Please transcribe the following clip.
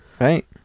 Right